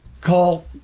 call